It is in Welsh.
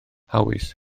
hawys